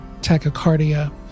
tachycardia